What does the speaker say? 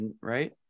right